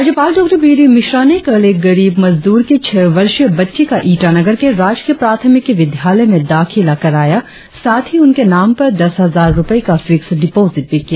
राज्यपाल Dr B D Mishra ने कल एक गरीब मजदूर की छह वर्षीय बच्ची का ईटानगर के राजकीय प्राथमिकी विद्यालय में दाखिला कराया साथ ही उनके नाम पर दस हजार रुपये का फिक्स डिपोजिट भी किया